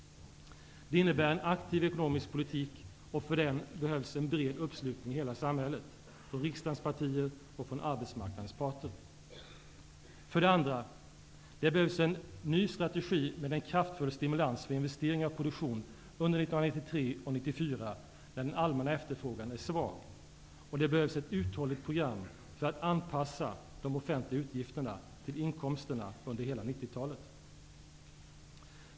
Det innebär en aktiv ekonomisk politik, och för den behövs en bred uppslutning i hela samhället, från riksdagens partier och från arbetsmarknadens parter. För det andra: Det behövs en ny strategi med en kraftfull stimulans för investeringar och produktion under 1993 och 1994, när den allmänna efterfrågan är svag, och det behövs ett uthålligt program för att anpassa de offentliga utgifterna till inkomsterna under hela 1990-talet.